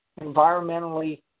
environmentally